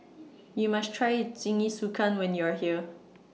YOU must Try Jingisukan when YOU Are here